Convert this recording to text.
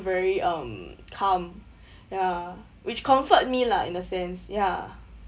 very um calm ya which comfort me lah in the sense ya